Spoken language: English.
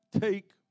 take